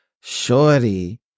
shorty